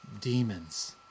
demons